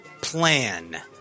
plan